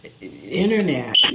internet